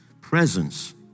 presence